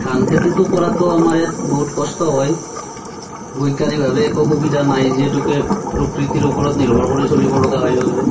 ধান খেতিটো কৰাতো আমাৰ ইয়াত বহুত কষ্ট হয় বৈজ্ঞানিকভাৱে একো সুবিধা নাই যিহেতুকে প্ৰকৃতিৰ ওপৰত নিৰ্ভৰ কৰি চলিব লগা হয় বাবে